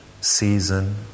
season